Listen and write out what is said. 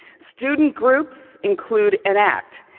student groups include enact,